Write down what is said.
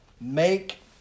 make